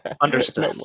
understood